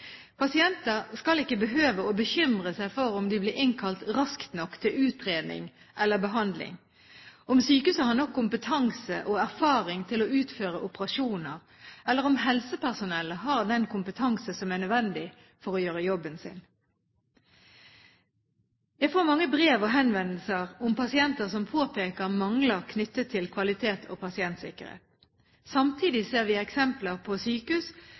Pasienter skal ikke behøve å bekymre seg for om de blir innkalt raskt nok til utredning eller behandling, om sykehuset har nok kompetanse og erfaring til å utføre operasjoner, eller om helsepersonellet har den kompetansen som er nødvendig for å gjøre jobben sin. Jeg får mange brev og henvendelser om pasienter som påpeker mangler knyttet til kvalitet og pasientsikkerhet. Samtidig ser vi eksempler på sykehus